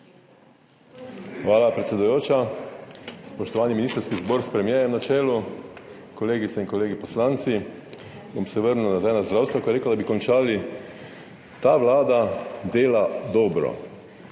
Hvala, predsedujoča. Spoštovani ministrski zbor s premierjem na čelu, kolegice in kolegi poslanci! Vrnil se bom na zdravstvo, ker je rekel, da bi končali. Ta vlada dela dobro.